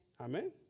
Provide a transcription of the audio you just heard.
Amen